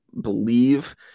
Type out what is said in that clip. believe